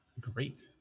Great